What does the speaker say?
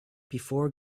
before